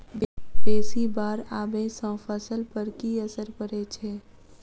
बेसी बाढ़ आबै सँ फसल पर की असर परै छै?